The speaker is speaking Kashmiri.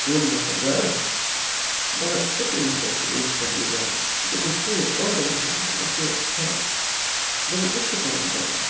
اوٚن مےٚ سُہ گرٕ مگر أتی وٕچھنس بہٕ أکۍ پنٕنۍ گامٕکۍ دوٚپُن ژےٚ یہِ اوٚترٕ اَنیاتھ دوٚپمس یہِ اوس خراب دوٚپن اِتھۍ سٕے کالس گوٚوا خراب